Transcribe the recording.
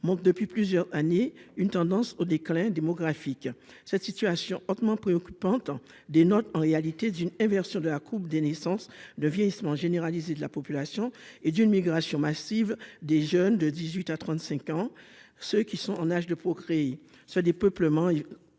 montrent depuis plusieurs années une tendance au déclin démographique. Cette situation, hautement préoccupante, résulte d'une inversion de la courbe des naissances, d'un vieillissement généralisé de la population et d'une émigration massive des jeunes âgés de 18 à 35 ans- en âge de procréer, donc. Le dépeuplement est